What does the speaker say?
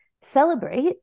celebrate